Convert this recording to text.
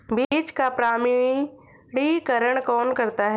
बीज का प्रमाणीकरण कौन करता है?